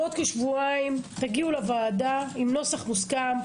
בעוד כשבועיים תגיעו לוועדה עם נוסח מוסכם,